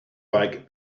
bike